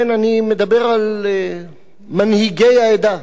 כן, אני מדבר על מנהיגי העדה.